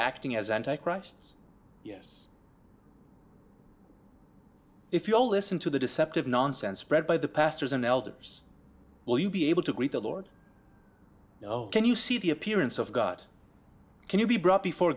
acting as anti christs yes if you don't listen to the deceptive nonsense spread by the pastors and elders will you be able to greet the lord can you see the appearance of god can you be brought before